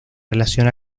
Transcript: relación